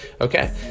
Okay